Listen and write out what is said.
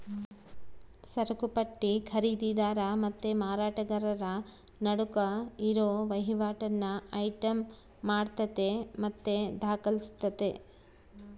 ಸರಕುಪಟ್ಟಿ ಖರೀದಿದಾರ ಮತ್ತೆ ಮಾರಾಟಗಾರರ ನಡುಕ್ ಇರೋ ವಹಿವಾಟನ್ನ ಐಟಂ ಮಾಡತತೆ ಮತ್ತೆ ದಾಖಲಿಸ್ತತೆ